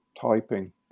typing